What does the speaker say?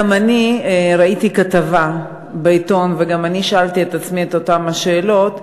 גם אני ראיתי כתבה בעיתון וגם אני שאלתי את עצמי את אותן השאלות,